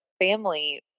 family